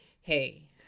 Hey